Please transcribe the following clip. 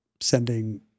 sending